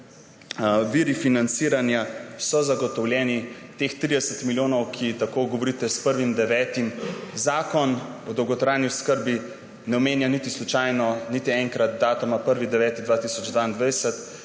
viri financiranja so zagotovljeni. Teh 30 milijonov, ko govorite s 1. 9., Zakon o dolgotrajni oskrbi ne omenja niti slučajno niti enkrat datuma 1. 9. 2022.